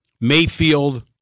Mayfield